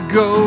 go